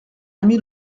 ami